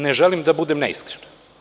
Ne želim da budem neiskren.